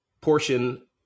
portion